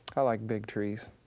i like big trees.